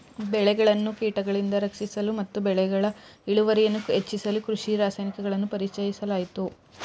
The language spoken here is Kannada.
ಬೆಳೆಗಳನ್ನು ಕೀಟಗಳಿಂದ ರಕ್ಷಿಸಲು ಮತ್ತು ಬೆಳೆಗಳ ಇಳುವರಿಯನ್ನು ಹೆಚ್ಚಿಸಲು ಕೃಷಿ ರಾಸಾಯನಿಕಗಳನ್ನು ಪರಿಚಯಿಸಲಾಯಿತು